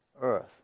earth